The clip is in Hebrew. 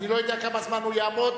אני לא יודע כמה זמן הוא יעמוד.